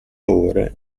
ore